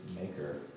Maker